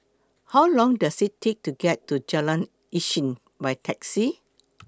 How Long Does IT Take to get to Jalan Isnin By Taxi